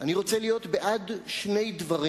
אני רוצה להיות בעד שני דברים: